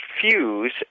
fuse